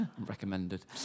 Recommended